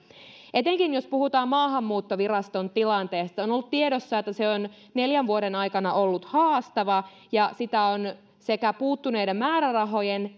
etenkin jos puhutaan maahanmuuttoviraston tilanteesta on ollut tiedossa että se on neljän vuoden aikana ollut haastava ja sitä on sekä puuttuneiden määrärahojen